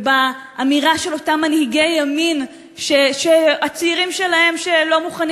ובאמירה של אותם מנהיגי ימין שהצעירים שלהם שלא מוכנים